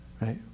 Right